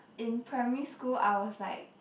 in primary school I was like